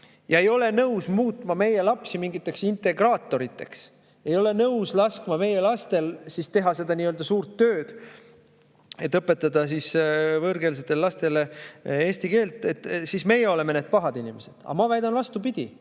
ega ole nõus muutma meie lapsi mingiteks integraatoriteks, ei ole nõus laskma meie lastel teha seda suurt tööd, et õpetada võõrkeelsetele lastele eesti keelt – meie oleme need pahad inimesed. Aga ma väidan, vastupidi: